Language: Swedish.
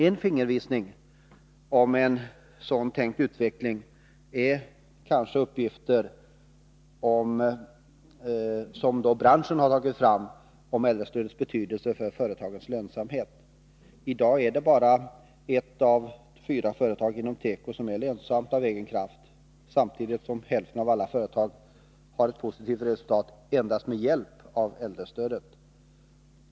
En fingervisning om den framtida utvecklingen kan kanske de uppgifter vara som branschen har tagit fram om äldrestödets betydelse för företagens lönsamhet. I dag är det bara ett av fyra företag inom tekoindustrin som är lönsamt av egen kraft. Samtidigt har omkring hälften av alla företag ett positivt resultat endast med hjälp av äldrestödet.